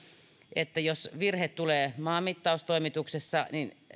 että jos virhe tulee maanmittaustoimituksessa